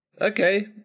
Okay